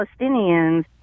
Palestinians